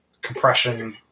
Compression